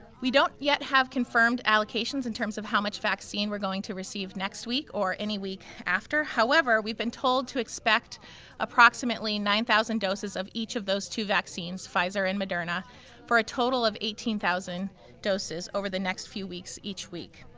we don't yet have confirmed allocations in terms of how much vaccine we're going to receive next week or any week after. however, we've been told to expect approximately nine thousand doses of each of those two vaccines. pfizer and moderna for a total of eighteen thousand doses over the next few weeks each week.